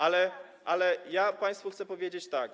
Ale ja państwu chcę powiedzieć tak.